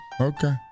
okay